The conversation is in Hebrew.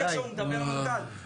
באמת אני אומר לכם,